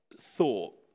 thought